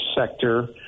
sector